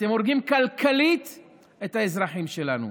אתם הורגים כלכלית את האזרחים שלנו.